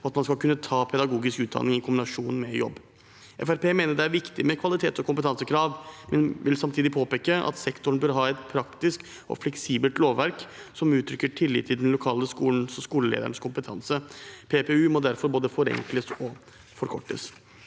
og at man skal kunne ta pedagogisk utdanning i kombinasjon med jobb. Fremskrittspartiet mener det er viktig med kvalitet og kompetansekrav, men vil samtidig påpeke at sektoren bør ha et praktisk og fleksibelt lovverk som uttrykker tillit til den lokale skolen og skoleledernes kompetanse. PPU må derfor både forenkles og forkortes.